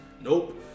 Nope